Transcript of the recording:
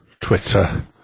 Twitter